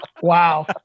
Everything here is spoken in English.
Wow